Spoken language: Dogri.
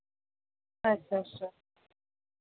अच्छा अच्छा